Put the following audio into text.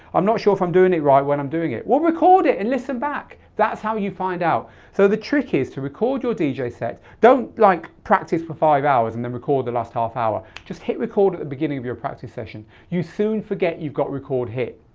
i'm not sure if i'm doing it right when i'm doing it, well record it and listen back. that's how you find out. so the trick is to record your dj set, don't like practise for five hours and then record the last half hour. just hit record at the beginning of your practise session. you soon forget you've got record hit,